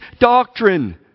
doctrine